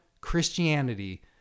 Christianity